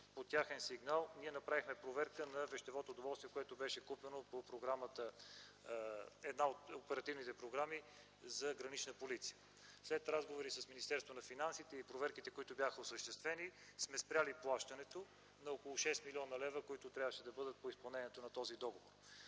по техен сигнал ние направихме проверка на вещевото доволствие, което беше купено по една от оперативните програми за Гранична полиция. След разговори с Министерството на финансите и проверките, които бяха осъществени, сме спрели плащането на около 6 млн. лв., които трябваше да бъдат по изпълнението на този договор.